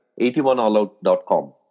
81AllOut.com